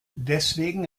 deswegen